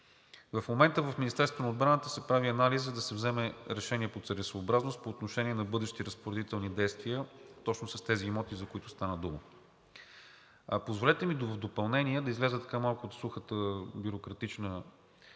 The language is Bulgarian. В момента в Министерството на отбраната се прави анализ, за да се вземе решение по целесъобразност по отношение на бъдещи разпоредителни действия точно с тези имоти, за които стана дума. Позволете ми в допълнение да изляза малко от сухата бюрократична картинка